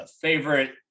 Favorite